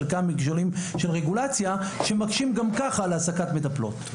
חלקם מקשיים של רגולציה שמקשים גם ככה על העסקת מטפלות.